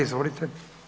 Izvolite.